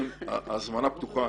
ההזמנה פתוחה.